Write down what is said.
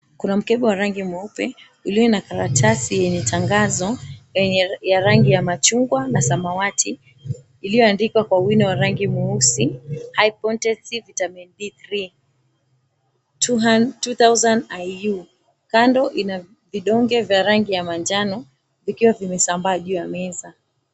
kuna mkebe wa rangi mweupe iliyo na karatasi yenye tangazo yenye rangi ya machungwa na samawati iliyoandikwa kwenye wino wa rangi mweusi high contenxy vitamin D3 2000iu, kando ina vidonge vya rangi manjano vikiwa vimesambaa juu ya meza.